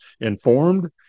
informed